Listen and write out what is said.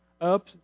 up